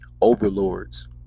overlords